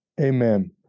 Amen